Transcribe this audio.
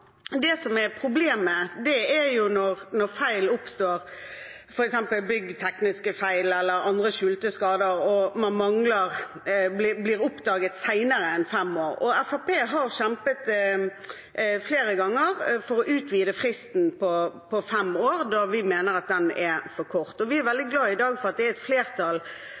Det som er problemet, er når f.eks. byggtekniske feil eller andre skjulte skader og mangler blir oppdaget etter mer enn fem år. Fremskrittspartiet har kjempet flere ganger for å få utvidet fristen på fem år, da vi mener at den er for kort, og vi er i dag veldig glad for at det er flertall